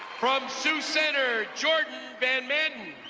from sioux center, jordanvanmaanen.